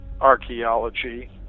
archaeology